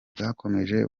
bwakomeje